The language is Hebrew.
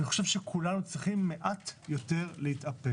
אני חושב שכולנו צריכים מעט להתאפק.